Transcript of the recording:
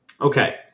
Okay